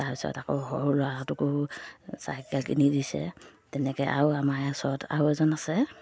তাৰপিছত আকৌ সৰু ল'ৰাহঁতকো চাইকেল কিনি দিছে তেনেকৈ আৰু আমাৰ ওচৰত আৰু এজন আছে